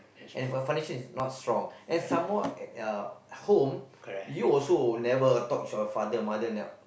and if foundation is not strong and some more at uh home you also never talk short of father mother ne~